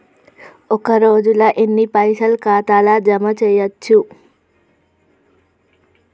ఒక రోజుల ఎన్ని పైసల్ ఖాతా ల జమ చేయచ్చు?